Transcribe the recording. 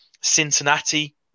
Cincinnati